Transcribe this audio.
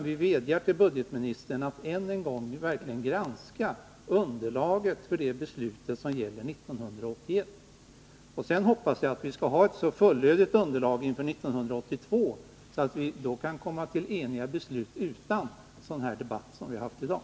Vi vädjar till budgetministern att än en gång granska underlaget för det beslut som gäller 1981. — Och sedan hoppas jag att vi skall. Nr 19 ha ett så fullständigt underlag inför 1982 att vi då kan komma till enighet utan Fredagen den en sådan debatt som den vi har haft i dag.